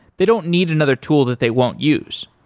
they don't need another tool that they won't use.